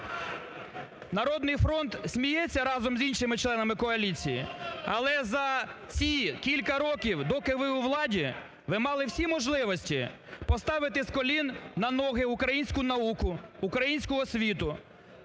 "Народний фронт" сміється разом з іншими членами коаліції. Але за ці кілька років, доки ви у владі, ви мали всі можливості поставити "з колін на ноги" українську науку, українську освіту,